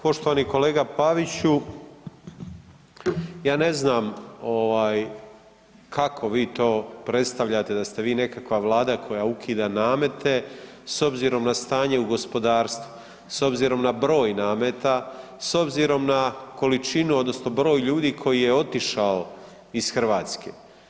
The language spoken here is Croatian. Poštovani kolega Paviću, ja ne znam ovaj kako vi to predstavljate da ste vi to nekakva Vlada koja ukida namete s obzirom na stanje u gospodarstvu, s obzirom na broj nameta, s obzirom na količinu odnosno broj ljudi koji je otišao iz Hrvatske.